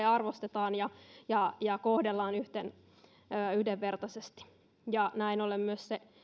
arvostetaan ja ja kohdellaan yhdenvertaisesti ja näin ollen myös se